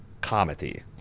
comedy